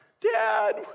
Dad